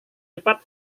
cepat